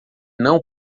não